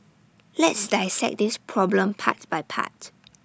let's dissect this problem part by part